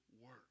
work